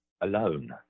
alone